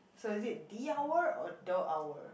so is it the hour or the hour